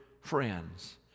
friends